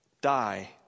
die